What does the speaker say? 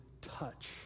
touch